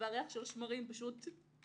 והריח של השמרים בעבע,